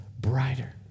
brighter